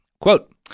Quote